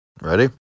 Ready